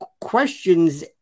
question's